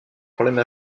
problèmes